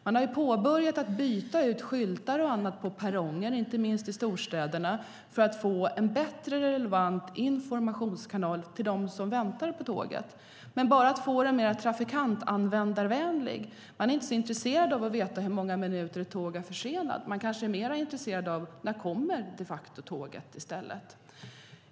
Man har påbörjat att byta ut skyltar och annat på perrongerna, inte minst i storstäderna, för att få en bättre och relevant informationskanal för dem som väntar på tåget. Det handlar om att få den mer trafikantvänlig - trafikanterna är kanske inte så intresserade av att veta hur många minuter försenat ett tåg är utan kanske är mer intresserade av att veta när tåget de facto kommer.